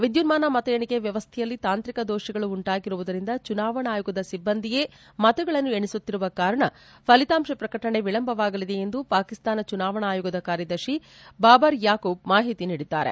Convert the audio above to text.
ವಿದ್ದುನ್ನಾನ ಮತ ಎಣಿಕೆ ವ್ಯವಸ್ಥೆಯಲ್ಲಿ ತಾಂತ್ರಿಕ ದೋಷಗಳು ಉಂಟಾಗಿರುವುದರಿಂದ ಚುನಾವಣಾ ಆಯೋಗದ ಸಿಬ್ಲಂದಿಯೇ ಮತಗಳನ್ನು ಎಣಿಸುತ್ತಿರುವ ಕಾರಣ ಫಲಿತಾಂತ ಪ್ರಕಟಣೆ ವಿಳಂಬವಾಗಲಿಂದೆ ಎಂದು ಪಾಕಿಸ್ತಾನ ಚುನಾವಣಾ ಆಯೋಗದ ಕಾರ್ಯದರ್ಶಿ ಬಾಬರ್ ಯಾಕೂಬ್ ಮಾಹಿತಿ ನೀಡಿದ್ದಾರೆ